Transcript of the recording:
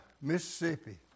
Mississippi